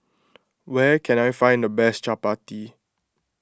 where can I find the best Chapati